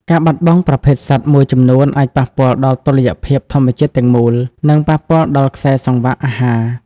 ការបាត់បង់ប្រភេទសត្វមួយចំនួន អាចប៉ះពាល់ដល់តុល្យភាពធម្មជាតិទាំងមូល និងប៉ះពាល់ដល់ខ្សែសង្វាក់អាហារ។